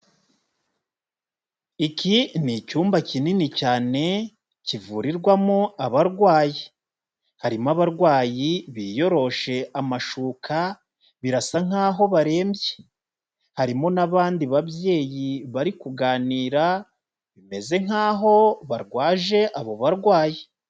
Iki ni icyumba kinini cyane kivurirwamo abarwayi, harimo abarwayi biyoroshe amashuka, birasa nk'aho barembye, harimo n'abandi babyeyi bari kuganira, bimeze nk'aho barwaje abo barwayi.